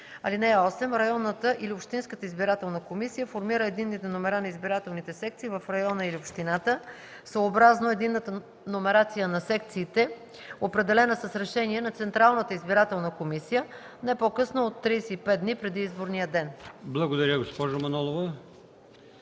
ал. 4. (8) Районната или общинската избирателна комисия формира единните номера на избирателните секции в района или общината съобразно единната номерация на секциите, определена с решение на Централната избирателна комисия, не по-късно от 35 дни преди изборния ден.” ПРЕДСЕДАТЕЛ